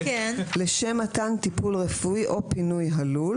לשם מתן טיפול רפואי או פינוי הלול.